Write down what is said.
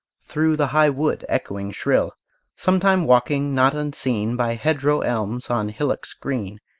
through the high wood echoing shrill sometime walking, not unseen, by hedge-row elms, on hillocks green,